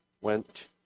went